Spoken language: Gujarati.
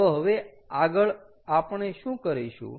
તો હવે આગળ આપણે શું કરીશું